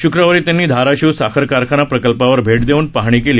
शुक्रवारी त्यांनी धाराशिव साखर कारखाना प्रकल्पावर भेट देऊन पाहणी केली